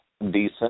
decent